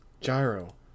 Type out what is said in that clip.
Gyro